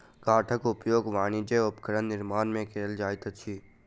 काठक उपयोग वाणिज्यक उपकरण निर्माण में कयल जाइत अछि